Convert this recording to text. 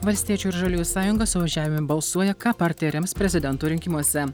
valstiečių ir žaliųjų sąjunga suvažiavime balsuoja ką partija rems prezidento rinkimuose